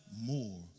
more